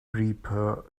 reaper